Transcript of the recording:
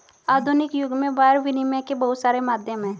आधुनिक युग में वायर विनियम के बहुत सारे माध्यम हैं